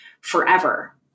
forever